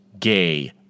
gay